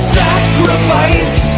sacrifice